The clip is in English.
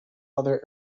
other